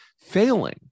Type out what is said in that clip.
failing